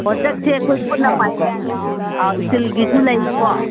ꯑꯣ ꯖꯛꯁꯦ ꯑꯩꯈꯣꯏ ꯈꯨꯠꯅ ꯏꯁꯇꯤꯜꯒꯤꯁꯨ ꯂꯩꯀꯣ